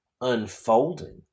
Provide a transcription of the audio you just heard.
unfolding